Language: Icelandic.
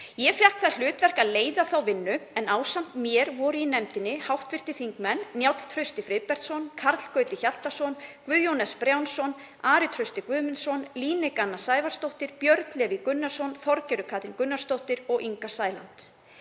Ég fékk það hlutverk að leiða þá vinnu en ásamt mér voru í nefndinni hv. þingmenn Njáll Trausti Friðbertsson, Karl Gauti Hjaltason, Guðjón S. Brjánsson, Ari Trausti Guðmundsson, Líneik Anna Sævarsdóttir, Björn Leví Gunnarsson, Þorgerður Katrín Gunnarsdóttir og Inga Sæland.